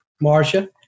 Marcia